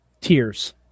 tears